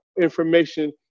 information